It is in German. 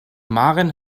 maren